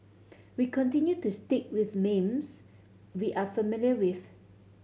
we continue to stick with names we are familiar with